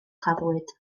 claddwyd